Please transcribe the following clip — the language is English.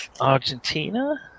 Argentina